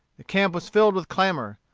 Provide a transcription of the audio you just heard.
the camp was filled with clamor.